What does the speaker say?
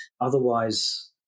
otherwise